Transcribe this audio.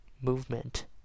movement